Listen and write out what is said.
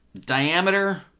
Diameter